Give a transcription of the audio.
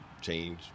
change